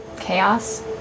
chaos